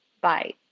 bye